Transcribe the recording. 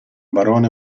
barone